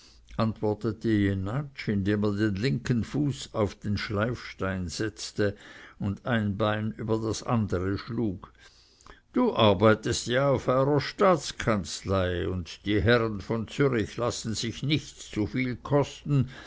indem er den linken fuß auf den schleifstein setzte und ein bein über das andere schlug du arbeitest ja auf eurer staatskanzlei und die herren von zürich lassen sich nichts zu viel kosten